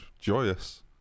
joyous